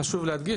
חשוב להדגיש,